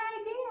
idea